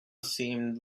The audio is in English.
seemed